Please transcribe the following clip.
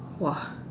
!wah!